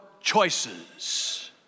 choices